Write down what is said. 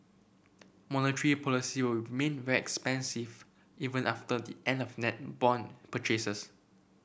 monetary policy will remain very expansive even after the end of net bond purchases